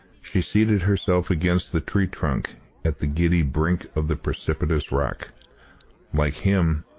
she seated herself against the tree trunk at the giddy brink of the precipitous rock like him,